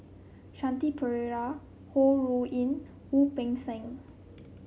Shanti Pereira Ho Rui An Wu Peng Seng